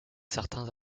certains